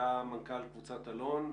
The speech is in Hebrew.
מנכ"ל קבוצת אלון,